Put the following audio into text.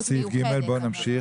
בואי נמשיך,